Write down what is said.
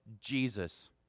Jesus